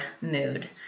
mood